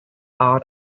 art